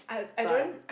but